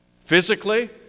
Physically